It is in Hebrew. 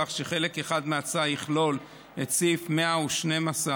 כך שחלק אחד מההצעה יכלול את סעיף 112(6)